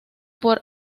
por